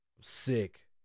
sick